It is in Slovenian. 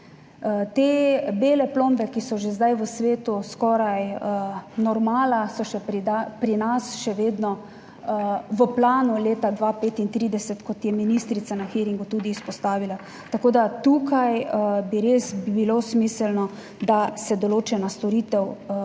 Te bele plombe, ki so že zdaj v svetu skoraj normala, so še pri nas še vedno v planu leta 2035, kot je ministrica na hearingu tudi izpostavila, tako da tukaj bi res bilo smiselno, da se določena storitev vključi